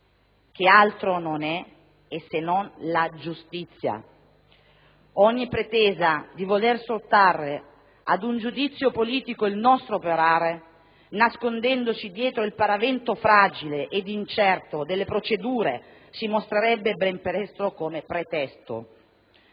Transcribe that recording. che altro non è se non la giustizia. Ogni pretesa dì voler sottrarre ad un giudizio politico il nostro operare, nascondendosi dietro il paravento fragile ed incerto delle procedure, si mostrerebbe ben presto come pretesto.